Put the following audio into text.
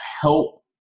help